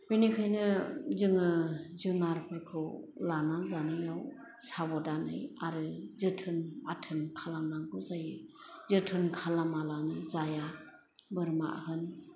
बिनिखाइनो जोङो जुनारफोरखौ लानानै जानायाव साब'दानै आरो जोथोन आथोन खालामनांगौ जायो जोथोन खालामालानो जाया बोरमा होन